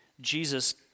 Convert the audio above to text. Jesus